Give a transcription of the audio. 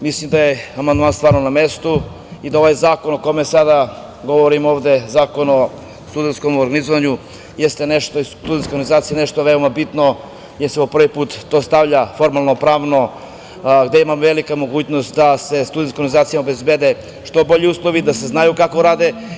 Mislim da je amandman stvarno na mestu i da ovaj zakon o kome sada govorim ovde, Zakon o studentskom organizovanju, jeste nešto što je veoma bitno za studentske organizacije, jer se ovo prvi put stavlja formalno pravno, gde se pruža velika mogućnost da se studentskim organizacijama obezbede što bolji uslovi, da se zna kako rade.